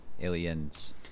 Aliens